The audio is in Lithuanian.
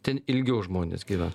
ten ilgiau žmonės gyvena